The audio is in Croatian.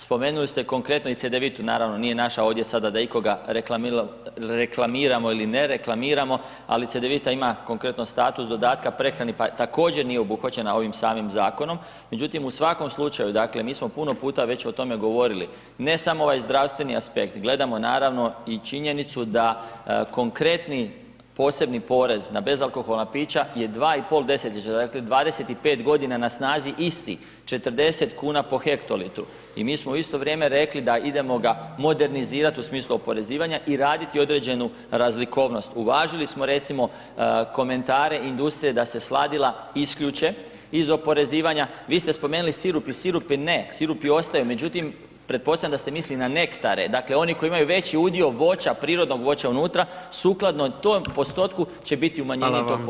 Spomenuli ste konkretno i cedevitu, naravno nije naše ovdje sada da ikoga reklamiramo ili ne reklamiramo ali cedevita ima konkretno status dodatka prehranu pa također nije obuhvaćena ovim samim zakonom međutim u svakom slučaju, dakle, mi smo puno puta već o tome govorili, ne samo ovaj zdravstveni aspekt, gledamo naravno i činjenicu da konkretni posebni porez na bezalkoholna pića je dva i pol desetljeća, dakle 25 g. na snazi isti, 40 kn po hektolitru i mi smo u isto vrijeme rekli da idemo ga modernizirati u smislu oporezivanja i raditi određenu razlikovnost, uvažili smo recimo komentare industrije da se sladila isključe iz oporezivanja, vi ste spomenuli sirupe, sirupi ne, sirupi ostaju međutim pretpostavljam da ste mislili na nektare, dakle oni koji imaju veći udio voća, prirodnog voća unutra, sukladno tom postotku će biti umanjenje tog posebnog poreza, hvala.